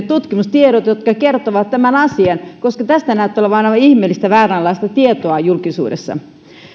tutkimustiedot jotka kertovat tämän asian koska tästä näyttää olevan ihmeellistä vääränlaista tietoa julkisuudessa